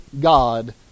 God